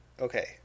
okay